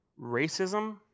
racism